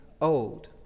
old